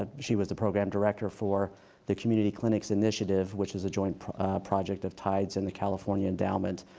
ah she was the program director for the community clinics initiative, which is a joint project of tides and the california endowment.